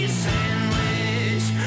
sandwich